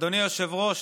אדוני היושב-ראש,